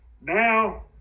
now